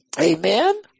Amen